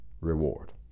reward